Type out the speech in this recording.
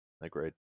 agreed